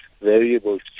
variables